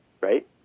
right